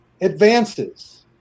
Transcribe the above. advances